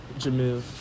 Jamil